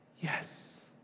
Yes